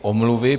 Omluvy.